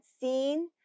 seen